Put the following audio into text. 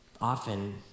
often